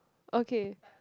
okay